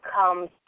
comes